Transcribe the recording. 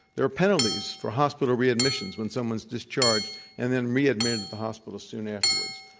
there are penalties for hospital readmissions when someone's dischargedand and then readmitted to the hospital soon afterwards.